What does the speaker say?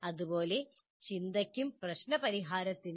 അതുപോലെ ചിന്തയ്ക്കും പ്രശ്ന പരിഹാരത്തിനും